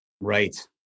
Right